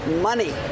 money